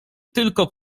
tylko